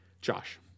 Josh